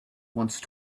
once